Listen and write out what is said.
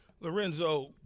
Lorenzo